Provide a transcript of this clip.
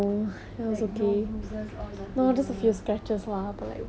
oh oh my god okay let me tell you this one story okay